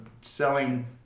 selling